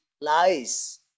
Lies